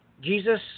Jesus